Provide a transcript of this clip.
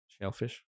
shellfish